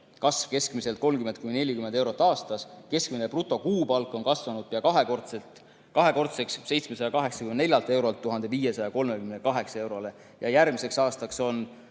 olnud keskmiselt 30–40 eurot aastas. Keskmine brutokuupalk on kasvanud pea kahekordseks, 784 eurolt 1538 eurole, ja järgmiseks aastaks on